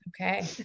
Okay